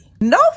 No